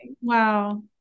Wow